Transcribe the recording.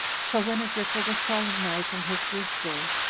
so when agrippa was solemnizing his birth-day,